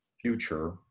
future